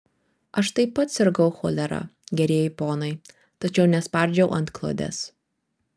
aš taip pat sirgau cholera gerieji ponai tačiau nespardžiau antklodės